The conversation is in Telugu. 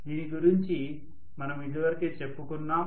దీని గురించి మనము ఇదివరకే చెప్పుకున్నాం